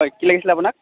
হয় কি লাগিছিলে আপোনাক